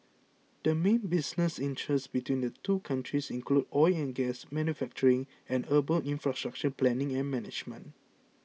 the main business interests between the two countries include oil and gas manufacturing and urban infrastructure planning and management